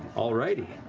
all righty.